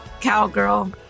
cowgirl